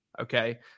okay